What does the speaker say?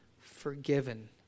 forgiven